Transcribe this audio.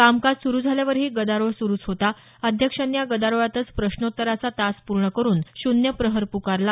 कामकाज सुरू झाल्यावरही गदारोळ सुरूच होता अध्यक्षांनी या गदारोळातच प्रश्नोत्तराचा तास पूर्ण करून शून्यप्रहर पुकारला